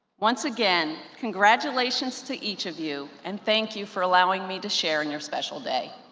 once again, congratulations to each of you, and thank you for allowing me to share in your special day.